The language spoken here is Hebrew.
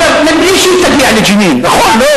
אגב, מבלי שהיא תגיע לג'נין, נכון.